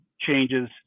changes